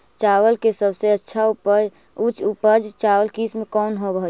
चावल के सबसे अच्छा उच्च उपज चावल किस्म कौन होव हई?